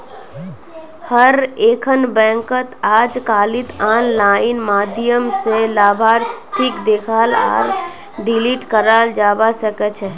हर एकखन बैंकत अजकालित आनलाइन माध्यम स लाभार्थीक देखाल आर डिलीट कराल जाबा सकेछे